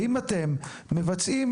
האם אתם מבצעים,